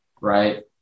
Right